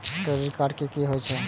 Credit card की होय छै?